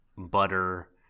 butter